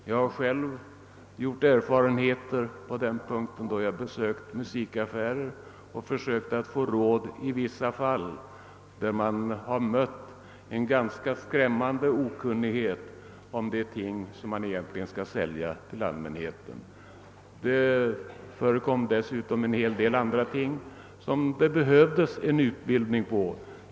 Jag har själv erfarenheter på den punkten — då jag besökt musikaffärer och försökt få råd har jag i vissa fall mött en skrämmande okunnighet om de varor som skall säljas till allmänheten. För en hel del andra grupper behövs också utbildning.